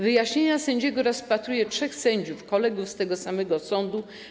Wyjaśnienia sędziego rozpatruje trzech sędziów, kolegów z tego samego sądu.